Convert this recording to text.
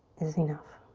is enough.